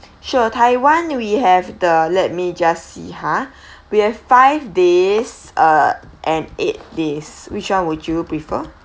sure taiwan we have the let me just see ha we have five days uh and eight days which one would you prefer